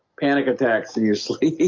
panic attacks in your sleep